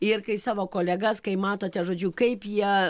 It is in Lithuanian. ir kai savo kolegas kai matote žodžiu kaip jie